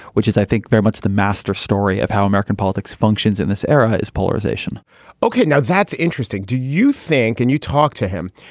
which is i think very much the master story of how american politics functions in this era is polarization ok? now, that's interesting. do you think and you talk to him,